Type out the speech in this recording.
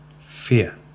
fear